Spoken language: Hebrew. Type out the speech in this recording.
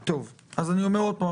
אני אומר עוד פעם,